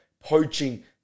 poaching